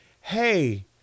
hey